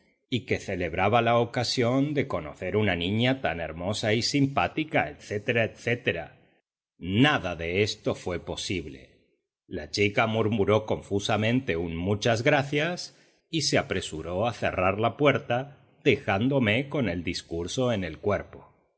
y que celebraba la ocasión de conocer una niña tan hermosa y simpática etc etc nada de esto fue posible la chica murmuró confusamente un muchas gracias y se apresuró a cerrar la puerta dejándome con el discurso en el cuerpo